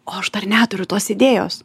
o aš dar neturiu tos idėjos